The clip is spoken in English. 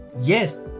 Yes